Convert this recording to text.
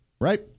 Right